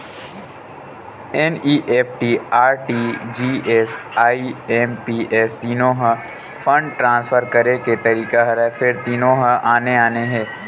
NEFT, RTGS, IMPS तीनो ह fund transfer करे के तरीका हरय फेर तीनो ह आने आने हे